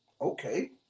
Okay